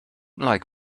like